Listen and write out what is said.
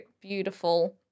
beautiful